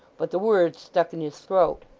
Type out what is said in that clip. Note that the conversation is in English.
but the words stuck in his throat.